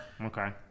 Okay